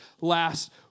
last